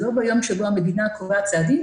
זה לא ביום שבו המדינה קובעת צעדים,